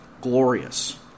glorious